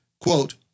quote